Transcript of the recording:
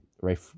right